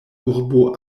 urbo